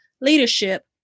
leadership